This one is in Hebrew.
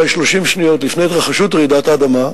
אולי 30 שניות לפני התרחשות רעידת האדמה,